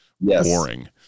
boring